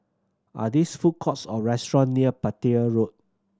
are these food courts or restaurant near Petir Road